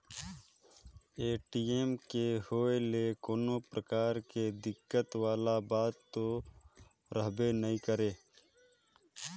ATM के होए ले कोनो परकार के दिक्कत वाला बात तो रहबे नइ करे